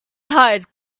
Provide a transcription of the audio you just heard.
tired